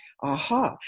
aha